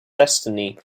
destiny